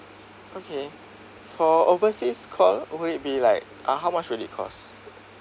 okay for overseas call would it be like uh how much would it cost